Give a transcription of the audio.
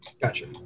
Gotcha